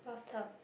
bathtub